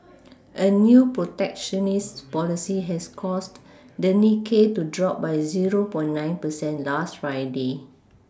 a new protectionist policy has caused the Nikkei to drop by zero per nine percent last Friday